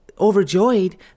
overjoyed